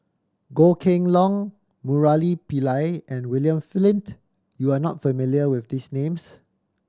Goh Kheng Long Murali Pillai and William Flint you are not familiar with these names